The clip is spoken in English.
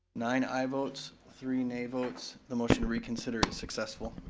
nine aye votes, three nay votes. the motion to reconsider is successful.